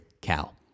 Cow